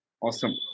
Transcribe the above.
Awesome